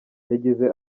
yagize